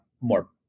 more